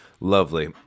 Lovely